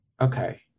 Okay